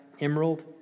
emerald